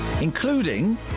including